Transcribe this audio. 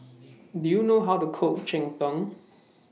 Do YOU know How to Cook Cheng Tng